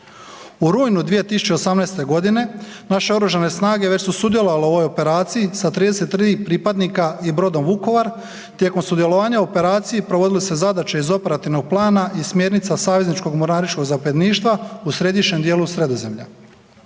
U rujnu 2018. g. naše Oružane snage već su sudjelovale u ovoj operaciji sa 33 pripadnika i brodom Vukovar. Tijekom sudjelovanja u operaciji provodile su se zadaće iz operativnog plana i smjernica savezničko mornaričkog zapovjedništva u središnjem djelu Sredozemlja.